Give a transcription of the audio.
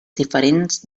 diferents